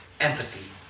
Empathy